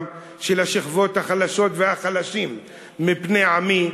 של השכבות החלשות והחלשים מבני עמי,